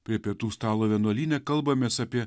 prie pietų stalo vienuolyne kalbamės apie